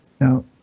Now